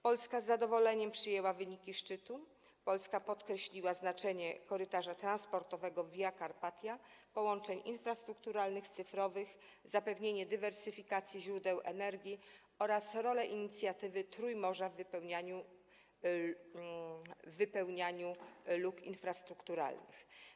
Polska z zadowoleniem przyjęła wyniki szczytu i podkreśliła znaczenie korytarza transportowego Via Carpatia, połączeń infrastrukturalnych i cyfrowych, zapewnienia dywersyfikacji źródeł energii oraz roli inicjatywy Trójmorza w wypełnianiu luk infrastrukturalnych.